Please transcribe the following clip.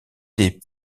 t’ai